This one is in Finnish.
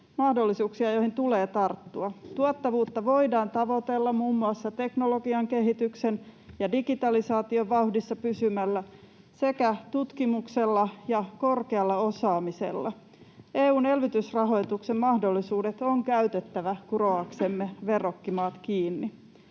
mahdollisuuksia, joihin tulee tarttua. Tuottavuutta voidaan tavoitella muun muassa teknologian kehityksen ja digitalisaation vauhdissa pysymällä sekä tutkimuksella ja korkealla osaamisella. EU:n elvytysrahoituksen mahdollisuudet on käytettävä kuroaksemme verrokkimaat kiinni.